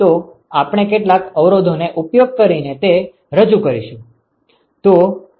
તો આપણે કેટલાક અવરોધનો ઉપયોગ કરીને તે રજૂ કરીશું